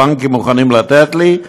הבנקים מוכנים לתת לי,